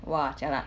!wah! jialat